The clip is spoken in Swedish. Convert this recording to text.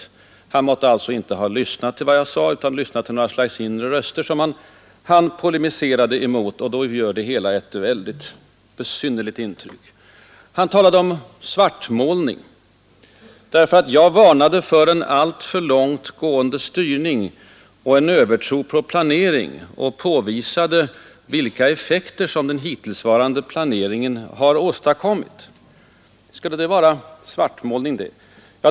Herr Palme måtte alltså inte ha lyssnat till mig utan till några inre röster som han sedan polemiserade mot. Det ger debatten ett mycket besynnerligt intryck. Herr Palme talade om ”svartmålning” därför att jag varnat för en alltför långt gående styrning, en övertro på planering, och påvisat vilka negativa effekter som den hittillsvarande planeringen har fått. Skulle det vara svartmålning?